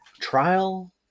trial